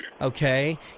okay